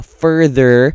further